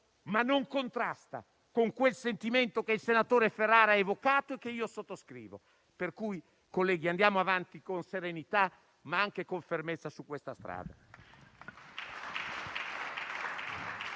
ma non contrasta con quel sentimento che il senatore Ferrara ha evocato e che io sottoscrivo. Per cui, colleghi, andiamo avanti con serenità ma anche con fermezza su questa strada.